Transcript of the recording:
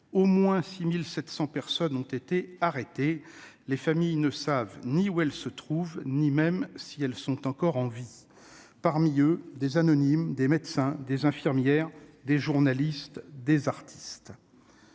Au moins 6 700 personnes ont été arrêtées. Leurs familles ne savent ni où elles se trouvent ni même si elles sont encore en vie. Parmi eux, des anonymes, des médecins, des infirmières, des journalistes, des artistes.